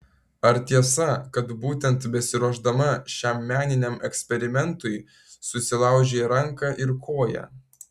ar tiesa kad būtent besiruošdama šiam meniniam eksperimentui susilaužei ranką ir koją